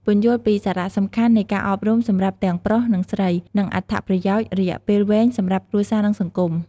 ពន្យល់ពីសារៈសំខាន់នៃការអប់រំសម្រាប់ទាំងប្រុស និងស្រី និងអត្ថប្រយោជន៍រយៈពេលវែងសម្រាប់គ្រួសារ និងសង្គម។